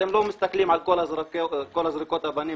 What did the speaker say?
אתם לא מסתכלים על זריקות אבנים